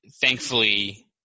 thankfully –